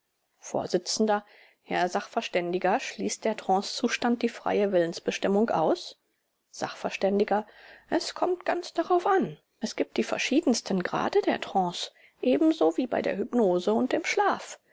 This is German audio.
vors herr sachverständiger schließt der trancezustand die freie willensbestimmung aus sachv es kommt ganz darauf an es gibt die verschiedensten grade der trance ebenso wie bei der hypnose und im schlaf